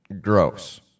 gross